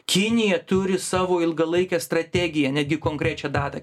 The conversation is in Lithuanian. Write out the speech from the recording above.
kinija turi savo ilgalaikę strategiją netgi konkrečią datą